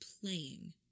playing